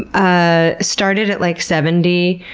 ah started at, like, seventy,